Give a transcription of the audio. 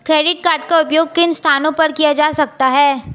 Credit card का उपयोग किन स्थानों पर किया जा सकता है?